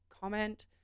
comment